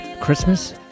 Christmas